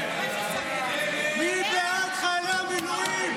מי בעד חיילי המילואים?